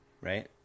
right